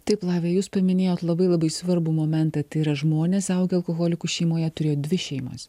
taip lavija jūs paminėjot labai labai svarbų momentą tai yra žmonės augę alkoholikų šeimoje turėjo dvi šeimas